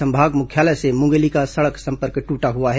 संभाग मुख्यालय से मुंगेली का सड़क संपर्क टूटा हुआ है